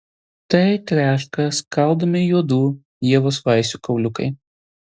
tai treška skaldomi juodų ievos vaisių kauliukai